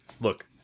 look